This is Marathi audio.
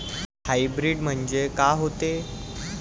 हाइब्रीड म्हनजे का होते?